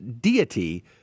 deity